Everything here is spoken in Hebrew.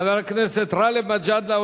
חבר הכנסת גאלב מג'אדלה,